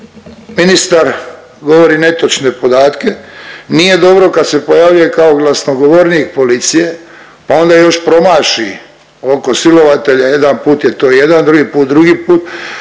ministar govori netočne podatke, nije dobro kad se pojavljuje kao glasnogovornik policije, pa onda još promaši oko silovatelja jedan put je to jedan, drugi put drugi put,